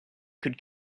could